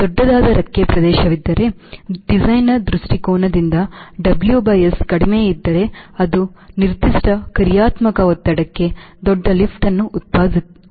ದೊಡ್ಡದಾದ ರೆಕ್ಕೆ ಪ್ರದೇಶವಿದ್ದರೆ ಡಿಸೈನರ್ ದೃಷ್ಟಿಕೋನದಿಂದ WS ಕಡಿಮೆ ಇದ್ದರೆ ಅದು ನಿರ್ದಿಷ್ಟ ಕ್ರಿಯಾತ್ಮಕ ಒತ್ತಡಕ್ಕೆ ದೊಡ್ಡ ಲಿಫ್ಟ್ ಅನ್ನು ಉತ್ಪಾದಿಸುತ್ತದೆ ಮತ್ತು Angle of attack